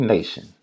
Nation